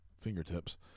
fingertips